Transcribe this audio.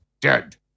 dead